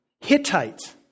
Hittites